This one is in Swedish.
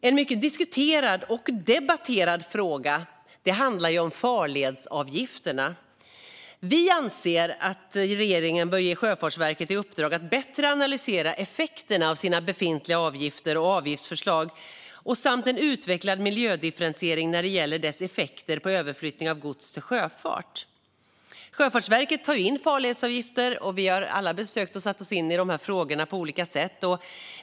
En mycket diskuterad och debatterad fråga handlar om farledsavgifterna. Vi anser att regeringen bör ge Sjöfartsverket i uppdrag att bättre analysera effekterna av sina befintliga avgifter och avgiftsförslag samt en utvecklad miljödifferentiering när det gäller deras effekter på överflyttning av gods till sjöfart. Sjöfartsverket tar in farledsavgifter, och vi har alla försökt sätta oss in i dessa frågor på olika sätt.